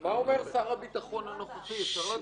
--- מה אומר שר הביטחון הנוכחי, אפשר לדעת?